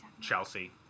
Chelsea